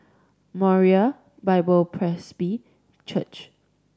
Moriah Bible Presby Church